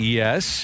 yes